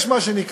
יש מה שנקרא